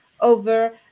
over